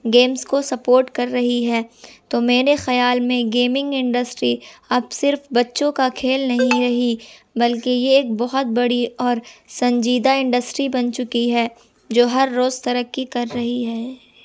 games کو support کر رہی ہے تو میرے خیال میں گیمنگ انڈسٹری اب صرف بچوں کا کھیل نہیں رہی بلکہ یہ ایک بہت بڑی اور سنجیدہ انڈسٹری بن چکی ہے جو ہر روز ترقی کر رہی ہے